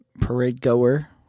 parade-goer